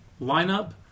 lineup